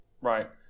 Right